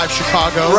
Chicago